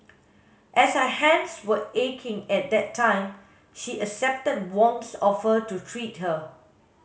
as her hands were aching at that time she accepted Wong's offer to treat her